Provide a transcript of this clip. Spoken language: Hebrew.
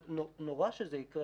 נורא שזה יקרה,